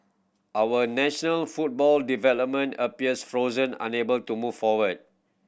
our national football development appears frozen unable to move forward